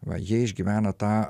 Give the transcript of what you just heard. va jie išgyvena tą